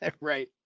right